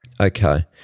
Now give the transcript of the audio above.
Okay